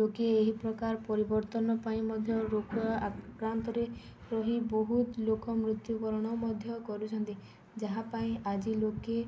ଲୋକେ ଏହି ପ୍ରକାର ପରିବର୍ତ୍ତନ ପାଇଁ ମଧ୍ୟ ରୋଗ ଆକ୍ରାନ୍ତରେ ରହି ବହୁତ ଲୋକ ମୃତ୍ୟୁବରଣ ମଧ୍ୟ କରୁଛନ୍ତି ଯାହା ପାଇଁ ଆଜି ଲୋକେ